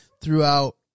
throughout